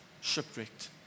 shipwrecked